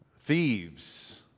thieves